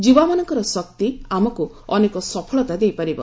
ଯୁବାମାନଙ୍କର ଶକ୍ତି ଆମକୁ ଅନେକ ସଫଳତା ଦେଇପାରିବ